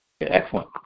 Excellent